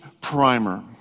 primer